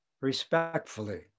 respectfully